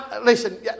Listen